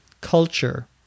culture